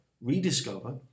rediscover